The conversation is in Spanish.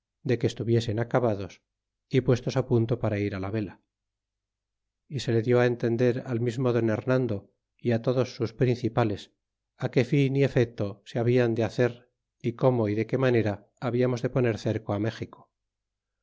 de que estuviesen acabados y puestos punto para ir á la vela y se le die á entender al mismo don hernando y otros sus principales que fin y efeto se habian de hacer y cómo y de qué manera hablamos de poner cerco á méxico